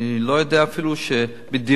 אני לא יודע אפילו שבדירוג,